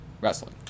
wrestling